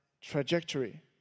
trajectory